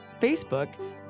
Facebook